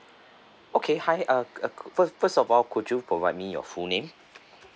okay hi uh uh first first of all could you provide me your full name